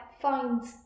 finds